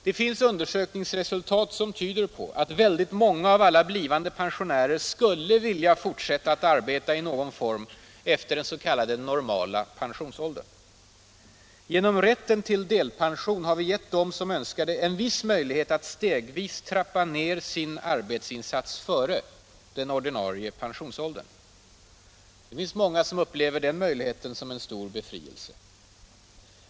Det finns undersökningsresultat som tyder på att väldigt många av alla blivande pensionärer skulle vilja fortsätta att arbeta i någon form efter den s.k. normala pensionsåldern. Genom rätten till delpension har vi gett dem som önskar det en viss möjlighet att stegvis trappa ner sin arbetsinsats före den ordinarie pensionsåldern. Det finns många, som upplever den möjligheten som en stor befrielse.